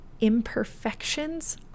imperfections